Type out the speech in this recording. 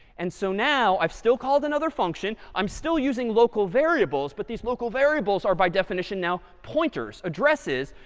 and so now i've still called another function. i'm still using local variables but these local variables are by definition now, pointers, addresses,